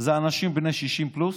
הם אנשים בני 60 פלוס,